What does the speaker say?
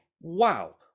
wow